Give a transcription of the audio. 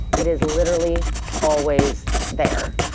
it is literally always there. a